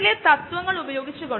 അല്ലെങ്കിൽ ബയോറിയാക്ടർ വശത്തിന്